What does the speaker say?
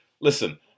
Listen